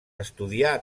estudià